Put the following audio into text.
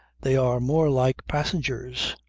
they are more like passengers.